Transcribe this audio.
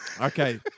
Okay